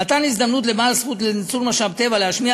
ומתן הזדמנות לבעל זכות לניצול משאב טבע להשמיע